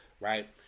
right